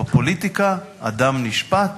בפוליטיקה, אדם נשפט